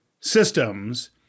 systems